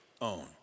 own